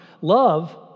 Love